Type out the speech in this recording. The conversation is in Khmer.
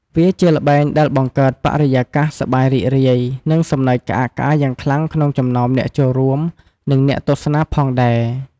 វាជាល្បែងដែលបង្កើតបរិយាកាស សប្បាយរីករាយ និងសំណើចក្អាកក្អាយយ៉ាងខ្លាំងក្នុងចំណោមអ្នកចូលរួម និងអ្នកទស្សនាផងដែរ។